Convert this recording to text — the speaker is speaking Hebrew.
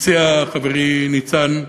הציע חברי ניצן: